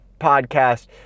podcast